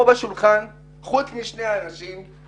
פה בשולחן, חוץ משני הצדדים